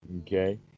Okay